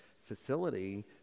facility